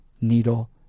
needle